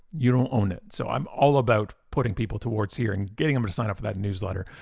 you don't own it. so i'm all about putting people towards here and getting them to sign up for that newsletter.